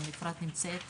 גם עם אפרת שנמצאת פה,